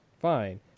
fine